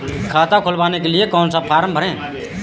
खाता खुलवाने के लिए कौन सा फॉर्म भरें?